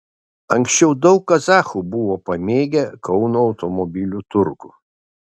anksčiau daug kazachų buvo pamėgę kauno automobilių turgų